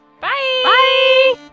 Bye